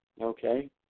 Okay